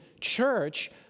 church